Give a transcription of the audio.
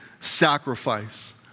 sacrifice